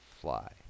fly